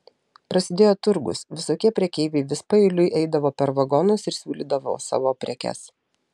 prasidėjo turgus visokie prekeiviai vis paeiliui eidavo per vagonus ir siūlydavo savo prekes